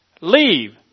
leave